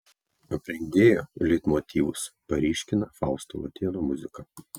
aprengėjo leitmotyvus paryškina fausto latėno muzika